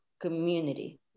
community